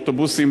באוטובוסים,